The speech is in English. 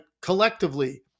collectively